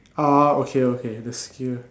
ah okay okay the skill